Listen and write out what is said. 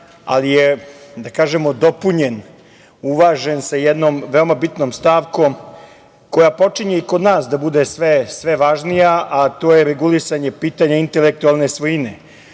ali je, da kažemo, dopunjen, uvažen, sa jednom veoma bitnom stavkom, koja počinje i kod nas da bude sve važnija, a to je regulisanje pitanja intelektualne svojine. To